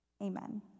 Amen